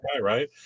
right